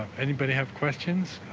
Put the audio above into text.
anybody have questions